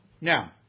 Now